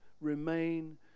Remain